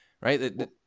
right